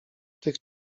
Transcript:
tych